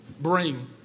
Bring